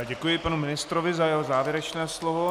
Děkuji panu ministrovi za jeho závěrečné slovo.